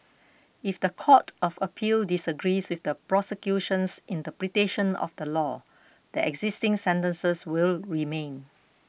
if the Court of Appeal disagrees with the prosecution's interpretation of the law the existing sentences will remain